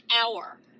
hour